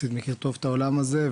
אני מכיר יחסית טוב את העולם הזה.